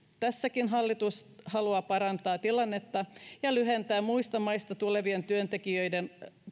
tässäkin hallitus haluaa parantaa tilannetta ja lyhentää muista maista tulevien työntekijöiden